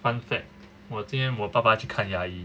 fun fact 我我今天我爸爸去看牙医